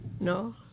No